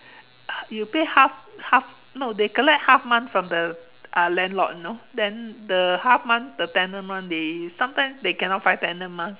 you pay half half no they collect half month from the uh landlord you know then the half month the tenant [one] they sometimes they cannot find tenant mah